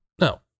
No